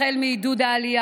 החל מעידוד העלייה,